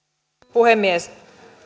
puhemies